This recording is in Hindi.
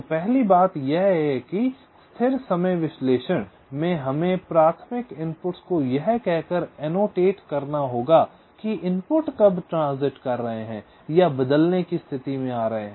तो पहली बात यह है कि स्टेटिक टाइमिंग विश्लेषण में हमें प्राथमिक इनपुट्स को यह कहकर एनोटेट करना होगा कि इनपुट कब ट्रांजिट कर रहे हैं या बदलने की स्तिथि में आ रहे हैं